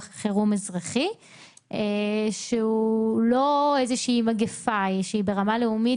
חירום אזרחי שהיא לא איזושהי מגיפה שהיא ברמה לאומית,